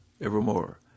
evermore